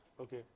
Okay